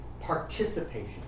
participation